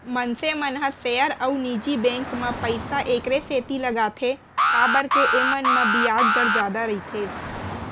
मनसे मन ह सेयर अउ निजी बेंक म पइसा एकरे सेती लगाथें काबर के एमन म बियाज दर जादा रइथे